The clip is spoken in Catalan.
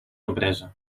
empresa